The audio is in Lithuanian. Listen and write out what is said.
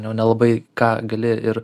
nu nelabai ką gali ir